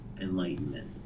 enlightenment